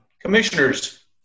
Commissioners